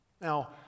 Now